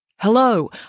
Hello